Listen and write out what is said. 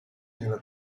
nella